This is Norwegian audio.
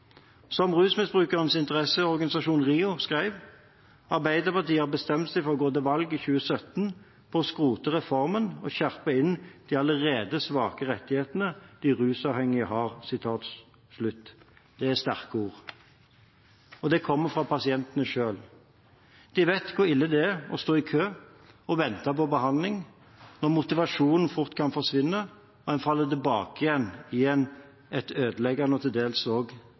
Som Rusmisbrukernes Interesseorganisasjon, RIO, skrev: «Arbeiderpartiet har bestemt seg for å gå til valg i 2017 på å skrote reformen og skjerpe inn de allerede svake rettighetene de rusavhengige har.» Det er sterke ord, og det kommer fra pasientene selv. De vet hvor ille det er å stå i kø og vente på behandling, når motivasjonen fort kan forsvinne og en faller tilbake igjen i et ødeleggende og til dels